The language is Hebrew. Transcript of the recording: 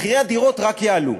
מחירי הדירות רק יעלו.